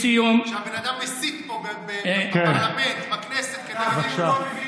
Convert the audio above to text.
כשהבן אדם מסית פה בפרלמנט, בכנסת, נגד